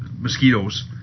mosquitoes